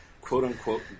quote-unquote